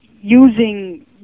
using